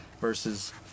versus